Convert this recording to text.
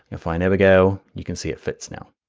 and fine, there we go, you can see it fits now,